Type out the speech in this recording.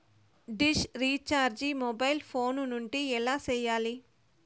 dish recharge mobile phone నుండి ఎలా సేయాలి